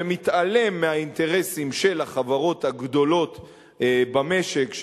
ומתעלם מהאינטרסים של החברות הגדולות במשק,